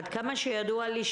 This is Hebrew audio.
עד כמה שידוע לי,